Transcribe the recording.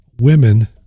women